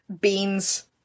Beans